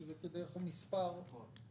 שזה בדרך כלל מספר מדהים,